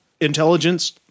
intelligence